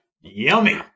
Yummy